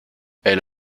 elle